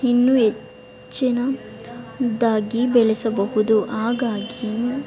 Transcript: ಇನ್ನೂ ಹೆಚ್ಚಿನ ದಾಗಿ ಬೆಳೆಸಬಹುದು ಹಾಗಾಗಿ